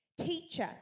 teacher